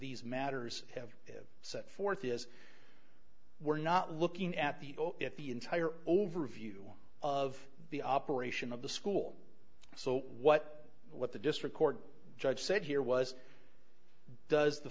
these matters have set forth is we're not looking at the at the entire overview of the operation of the school so what what the district court judge said here was does the